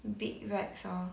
big racks orh